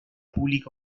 pública